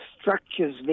structures